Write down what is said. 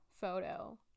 photo